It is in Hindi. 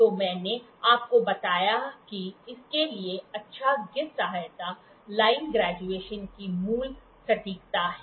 तो मैंने आपको बताया कि इसके लिए अच्छा घिस सहायता लाइन ग्रेजुएट की मूल सटीकता है